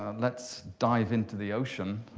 let's dive into the ocean.